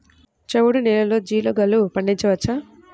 చవుడు నేలలో జీలగలు పండించవచ్చా?